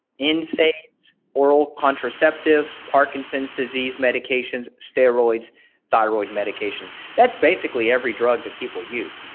insane oral contraceptives, parkinson's disease medications, steroids thyroid medications. that's basically every drug that people use.